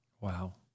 Wow